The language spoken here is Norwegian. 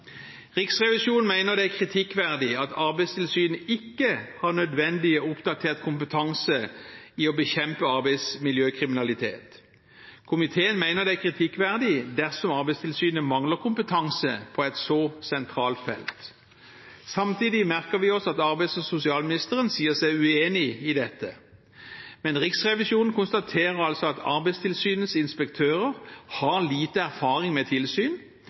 Riksrevisjonen mener det er kritikkverdig at Arbeidstilsynet ikke har nødvendig og oppdatert kompetanse i å bekjempe arbeidsmiljøkriminalitet. Komiteen mener det er kritikkverdig dersom Arbeidstilsynet mangler kompetanse på et så sentralt felt. Samtidig merker vi oss at arbeids- og sosialministeren sier seg uenig i dette. Men Riksrevisjonen konstaterer altså at Arbeidstilsynets inspektører har lite erfaring med tilsyn,